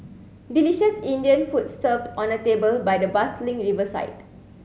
delicious Indian food served on a table by the bustling riverside